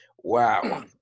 Wow